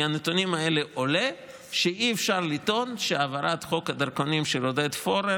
מהנתונים האלה עולה שאי-אפשר לטעון שהעברת חוק הדרכונים של עודד פורר